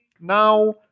now